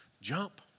jump